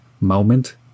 moment